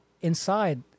inside